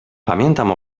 pamiętam